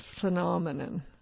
phenomenon